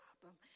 problem